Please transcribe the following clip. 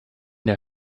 der